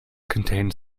contained